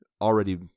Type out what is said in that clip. already